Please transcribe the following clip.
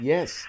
Yes